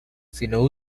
sino